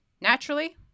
Naturally